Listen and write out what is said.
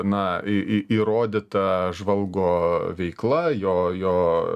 na į į įrodyta žvalgo veikla jo jo